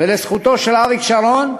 לזכותו של אריק שרון,